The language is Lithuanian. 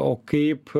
o kaip